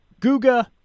Guga